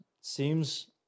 seems